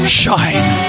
shine